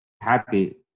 happy